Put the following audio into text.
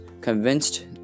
convinced